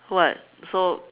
what so